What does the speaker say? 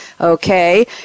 Okay